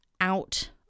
out